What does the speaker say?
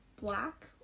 black